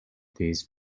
these